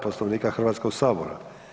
Poslovnika Hrvatskog sabora.